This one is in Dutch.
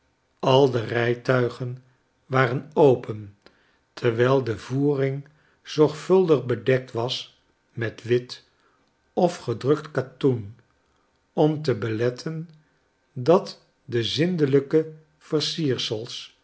al de rijtuigen waren open terwijl de voering zorgvuldig bedekt was met wit of gedrukt katoen om te beletten dat de zindelijke